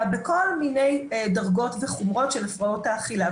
בכל מיני דרגות וחומרות של הפרעות האכילה.